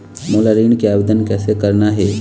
मोला ऋण के आवेदन कैसे करना हे?